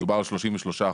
מדובר ב-33%,